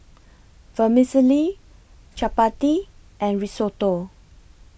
Vermicelli Chapati and Risotto